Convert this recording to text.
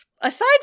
Aside